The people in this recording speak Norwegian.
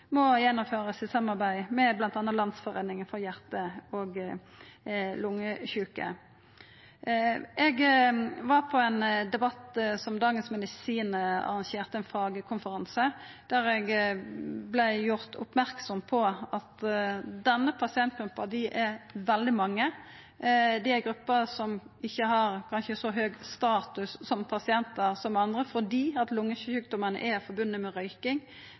må gjennomførast i samarbeid med bl.a. Landsforeningen for hjerte- og lungesyke. Eg var på ein debatt som Dagens Medisin arrangerte, ein fagkonferanse, der eg vart gjord merksam på at det i denne pasientgruppa er veldig mange, det er ei gruppe som kanskje ikkje har så høg status som pasientar som andre, fordi lungesjukdomar er forbundne med røyking.